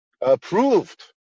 approved